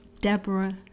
Deborah